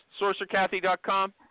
SorcererKathy.com